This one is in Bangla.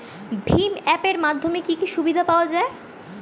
ভিম অ্যাপ এর মাধ্যমে কি কি সুবিধা পাওয়া যায়?